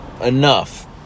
enough